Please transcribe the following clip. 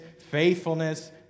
faithfulness